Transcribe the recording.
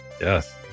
Yes